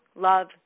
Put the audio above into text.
love